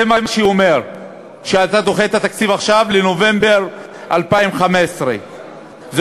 זה מה שזה אומר כשאתה דוחה את התקציב עכשיו לנובמבר 2015. זה